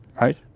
Right